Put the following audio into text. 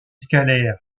scalaire